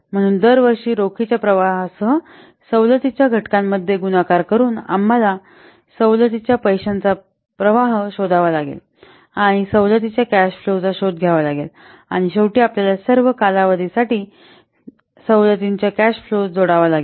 म्हणून दरवर्षी रोखीच्या प्रवाहासह सवलतीच्या घटकामध्ये गुणाकार करून आम्हाला सवलतीच्या पैशाचा प्रवाह शोधावा लागेल आणि सवलतीच्या कॅश फ्लोांचा शोध घ्या आणि शेवटी आपल्याला सर्व कालावधीसाठी सवलतीच्या कॅश फ्लो जोडावा लागतील